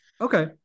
okay